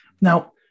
Now